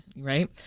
Right